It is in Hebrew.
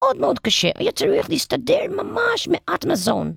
מאוד מאוד קשה, היה צריך להסתדר ממש מעט מזון